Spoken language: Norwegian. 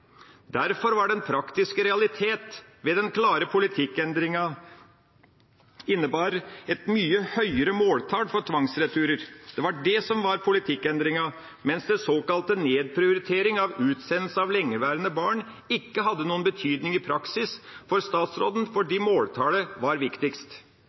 Den praktiske realitet ved den klare politikkendringa innebar derfor et mye høyere måltall for tvangsreturer. Det var det som var politikkendringa, mens såkalt nedprioritering av utsendelse av lengeværende barn ikke hadde noen betydning i praksis for statsråden, fordi måltallet var viktigst.